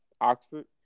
Oxford